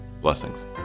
Blessings